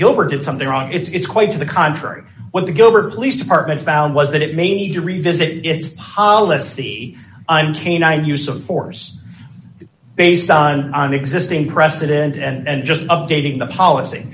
gilbert did something wrong it's quite to the contrary what the gilbert police department found was that it may need to revisit its policy i'm canine use of force based on an existing precedent and just updating the policy